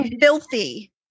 filthy